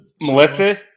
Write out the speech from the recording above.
Melissa